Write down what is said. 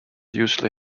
usually